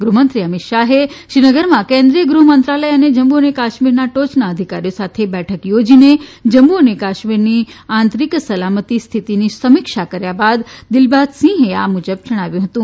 ગૃહમંત્રી અમિતશાહે શ્રીનગરમાં કેન્દ્રીય ગૃહમંત્રાલય અને જમ્મુ અને કાશ્મીરના ટોચના અધિકારીઓ સાથે બેઠક યોજીને જમ્મુ અને કાશ્મીરની આંતરિક સલામતી સ્થિતિની સમીક્ષા કર્યા બાદ દિલબાગસિંહે આ મુજબ જણાવ્યું હતું